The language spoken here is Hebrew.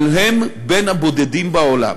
אבל הם בין הבודדים בעולם.